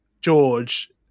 George